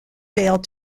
failed